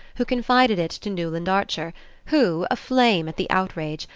who confided it to newland archer who, aflame at the outrage,